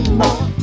more